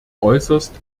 äußerst